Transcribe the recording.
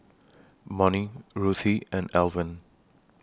Monnie Ruthie and Alvin